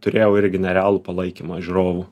turėjau irgi nerealų palaikymą žiūrovų